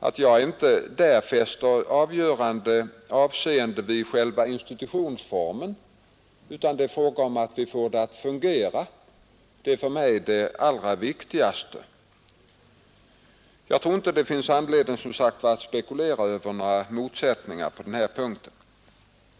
att jag inte fäster avgörande vikt vid själva institutionsformen, utan det väsentliga är att vi får det att fungera. Det är för mig det allra viktigaste. Jag tror som sagt inte det finns anledning att spekulera över några motsättningar på denna punkt.